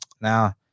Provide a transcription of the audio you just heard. now